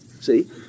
See